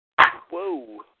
whoa